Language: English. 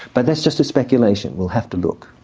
but that's just a speculation we'll have to look.